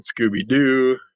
Scooby-Doo